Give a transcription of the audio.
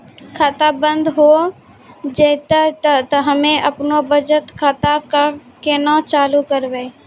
खाता बंद हो जैतै तऽ हम्मे आपनौ बचत खाता कऽ केना चालू करवै?